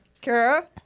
Kara